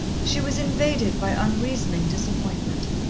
she was invaded by unreasoning disappointment.